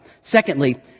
Secondly